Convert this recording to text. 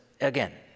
again